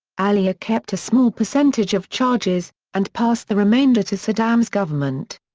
alia kept a small percentage of charges, and passed the remainder to saddam's government.